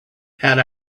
had